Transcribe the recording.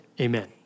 Amen